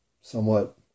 somewhat